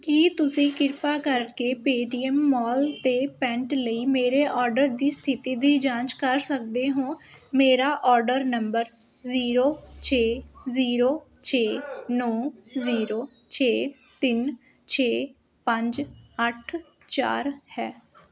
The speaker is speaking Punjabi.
ਕੀ ਤੁਸੀਂ ਕਿਰਪਾ ਕਰਕੇ ਪੇਟੀਐਮ ਮਾਲ 'ਤੇ ਪੈਂਟ ਲਈ ਮੇਰੇ ਓਰਡਰ ਦੀ ਸਥਿਤੀ ਦੀ ਜਾਂਚ ਕਰ ਸਕਦੇ ਹੋ ਮੇਰਾ ਓਰਡਰ ਨੰਬਰ ਜ਼ੀਰੋ ਛੇ ਜ਼ੀਰੋ ਛੇ ਨੌਂ ਜ਼ੀਰੋ ਛੇ ਤਿੰਨ ਛੇ ਪੰਜ ਅੱਠ ਚਾਰ ਹੈ